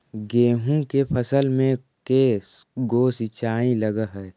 गेहूं के फसल मे के गो सिंचाई लग हय?